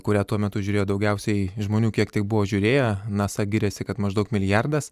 kurią tuo metu žiūrėjo daugiausiai žmonių kiek tik buvo žiūrėję nasa giriasi kad maždaug milijardas